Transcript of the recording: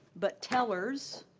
but tellers,